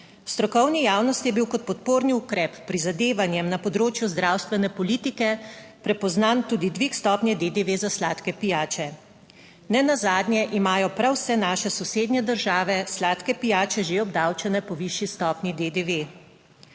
strokovni javnosti je bil kot podporni ukrep prizadevanjem na področju zdravstvene politike prepoznan tudi dvig stopnje DDV za sladke pijače. Nenazadnje imajo prav vse naše sosednje države sladke pijače že obdavčene po višji stopnji DDV.